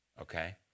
okay